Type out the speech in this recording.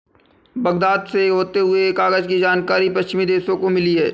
Baghdad से होते हुए कागज की जानकारी पश्चिमी देशों को मिली